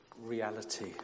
reality